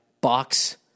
box